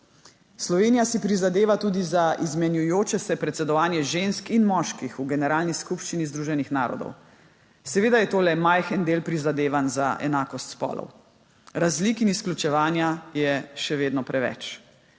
Slovenija si prizadeva tudi za izmenjujoče se predsedovanje žensk in moških v Generalni skupščini Združenih narodov. Seveda je to le majhen del prizadevanj za enakost spolov. Razlik in izključevanja je še vedno preveč.